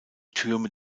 türme